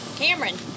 Cameron